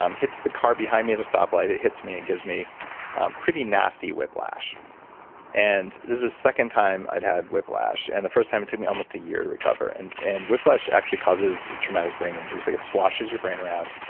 um hits the car behind me at a stop light, it hits me and gives me a pretty nasty whiplash and this is second time i'd had whiplash and the first time it took me almost a year to recover. and and whiplash actually causes traumatic brain injury, it's like it sloshes your brain around.